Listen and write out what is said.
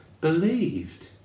believed